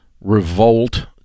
revolt